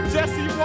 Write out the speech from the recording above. Jesse